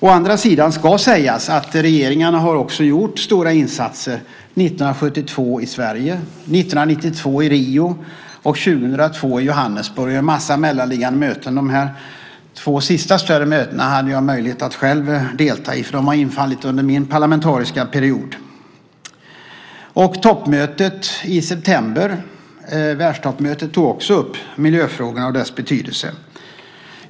Å andra sidan ska sägas att regeringarna också har gjort stora insatser - 1972 i Sverige, 1992 i Rio, 2002 i Johannesburg och vid en massa mellanliggande möten. De två sista större mötena hade jag möjlighet att själv delta i då de inföll under min parlamentariska period. Världstoppmötet i september tog också upp miljöfrågorna och deras betydelse.